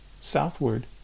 southward